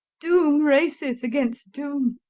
doom raceth against doom.